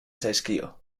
zaizkio